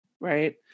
right